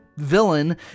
villain